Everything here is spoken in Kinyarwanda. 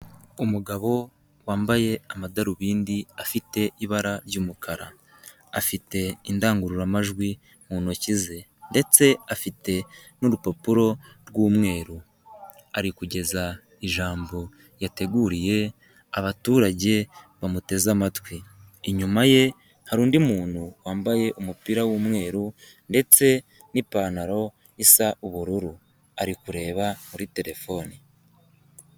Umugabo wambaye amadarubindi afite ibara ry'umukara. Afite indangururamajwi mu ntoki ze ndetse afite n'urupapuro rw'umweru arikugeza ijambo yateguriye abaturage bamuteze amatwi inyuma ye hari undi muntu wambaye umupira w'umweru ndetse n'ipantaro isa ubururu ari kureba muri telefoni.